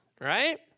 Right